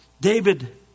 David